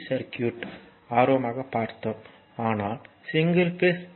சர்க்யூட்க்கு ஆர்வமாக பார்த்தோம் ஆனால் சிங்கிள் பேஸ் A